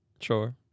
Sure